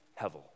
Hevel